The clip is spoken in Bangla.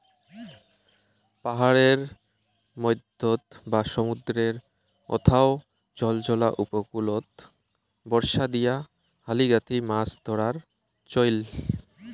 পাহাড়ের মইধ্যত বা সমুদ্রর অথাও ঝলঝলা উপকূলত বর্ষা দিয়া হালি গাঁথি মাছ ধরার চইল